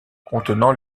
contenant